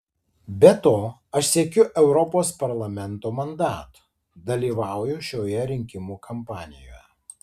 be to aš siekiu europos parlamento mandato dalyvauju šioje rinkimų kampanijoje